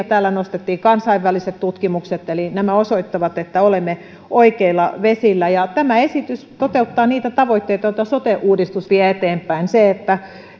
täällä nostettiin esiin kansainväliset tutkimukset eli nämä osoittavat että olemme oikeilla vesillä tämä esitys toteuttaa niitä tavoitteita joita sote uudistus vie eteenpäin